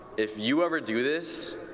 if you ever do this,